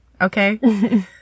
okay